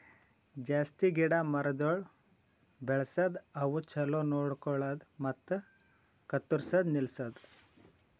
ಜಾಸ್ತಿ ಗಿಡ ಮರಗೊಳ್ ಬೆಳಸದ್, ಅವುಕ್ ಛಲೋ ನೋಡ್ಕೊಳದು ಮತ್ತ ಕತ್ತುರ್ಸದ್ ನಿಲ್ಸದು